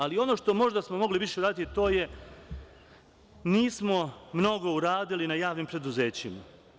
Ali, ono što smo mogli možda više uraditi, to je – nismo mnogo uradili na javnim preduzećima.